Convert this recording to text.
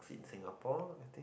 did Singapore I think